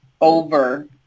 over